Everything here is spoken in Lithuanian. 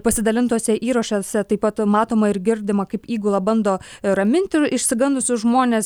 pasidalintuose įrašuose taip pat matoma ir girdima kaip įgula bando raminti išsigandusius žmones